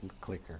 clicker